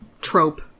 trope